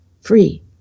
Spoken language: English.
free